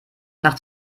nach